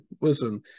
listen